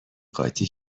قاطی